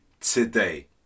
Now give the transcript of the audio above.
today